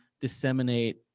disseminate